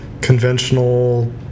conventional